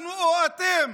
אנחנו או אתם?